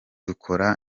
dukora